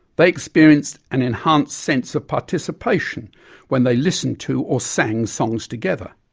they experienced an enhanced sense of participation when they listened to or sang songs together.